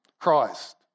Christ